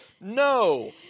No